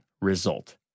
result